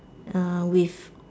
uh with